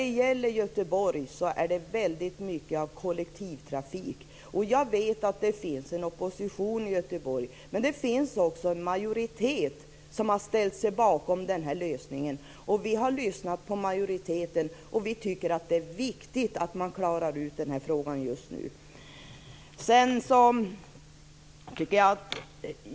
För Göteborgs del handlar det väldigt mycket om kollektivtrafik. Jag vet att det finns en opposition i Göteborg, men det finns också en majoritet som har ställt sig bakom den här lösningen. Vi har lyssnat på majoriteten, och vi tycker att det är viktigt att man klarar ut den här frågan nu.